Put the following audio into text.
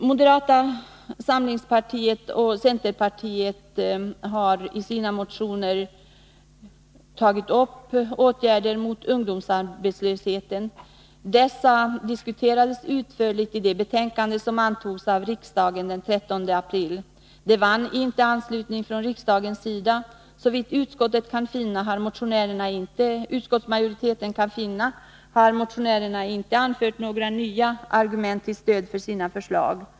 Moderata samlingspartiet och centerpartiet har i sina motioner tagit upp åtgärder mot ungdomsarbets lösheten som diskuterades utförligt i det betänkande som antogs av riksdagen den 13 april. Motionärerna vann inte anslutning från riksdagens sida. Såvitt utskottsmajoriteten kan finna har motionärerna inte anfört några nya argument till stöd för sina förslag.